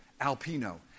Alpino